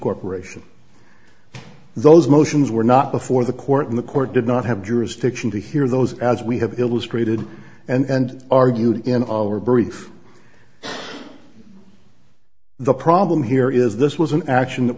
corporation those motions were not before the court in the court did not have jurisdiction to hear those as we have illustrated and argued in our brief the problem here is this was an action that